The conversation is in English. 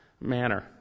manner